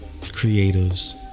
Creatives